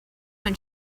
when